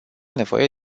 nevoie